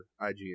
IGN